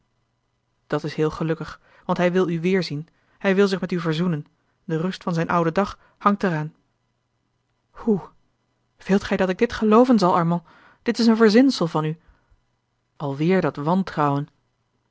dat is heel gelukkig want hij wil u weêrzien hij wil zich met u verzoenen de rust van zijn ouden dag hangt er aan hoe wilt gij dat ik dit gelooven zal armand dit is een verzinsel van u a l g bosboom-toussaint de delftsche wonderdokter eel lweêr dat wantrouwen